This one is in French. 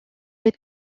les